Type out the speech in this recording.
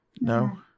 No